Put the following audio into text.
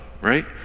right